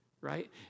right